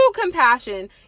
compassion